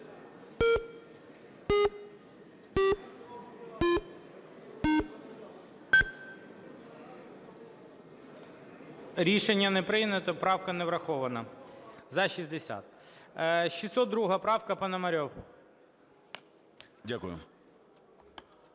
Рішення не прийнято. Правка не врахована. За - 60. 602 правка, Пономарьов.